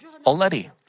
already